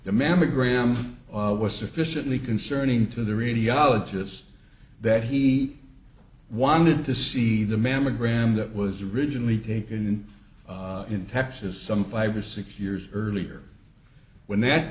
the mammogram was sufficiently concerning to the radiologist that he wanted to see the mammogram that was originally taken in in texas some five or six years earlier when that